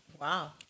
Wow